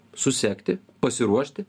susekti pasiruošti